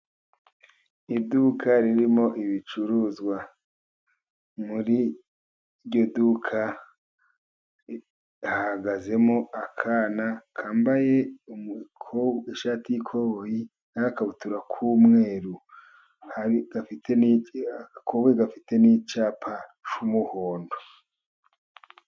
Iduka ririmo ibicuruzwa. Muri iryo duka hahagazemo akana kambaye ishati y'ikoboyi n'agakabutura k'umweru. Agakoboyi gafite n'icyapa cy'umuhondo.